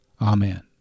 Amen